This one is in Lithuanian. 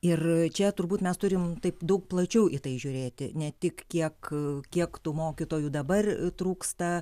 ir čia turbūt mes turim taip daug plačiau į tai žiūrėti ne tik kiek kiek tų mokytojų dabar trūksta